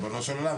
ריבונו של עולם.